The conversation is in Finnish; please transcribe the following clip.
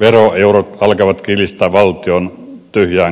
veroeurot alkavat kilistä valtion tyhjään kassaan